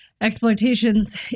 exploitations